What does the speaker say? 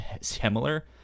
similar